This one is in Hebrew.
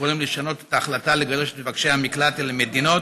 וקוראים לשנות את ההחלטה לגרש את מבקשי המקלט אל מדינות